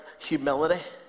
humility